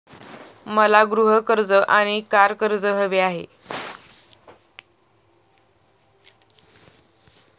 मला गृह कर्ज आणि कार कर्ज हवे आहे